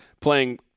playing